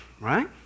right